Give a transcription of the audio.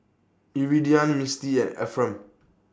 Iridian Mistie and Ephram